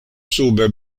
sube